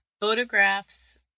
Photographs